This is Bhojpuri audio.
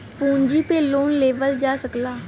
पूँजी पे लोन लेवल जा सकला